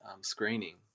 screening